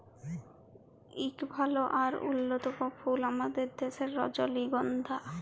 ইক ভাল আর অল্যতম ফুল আমাদের দ্যাশের রজলিগল্ধা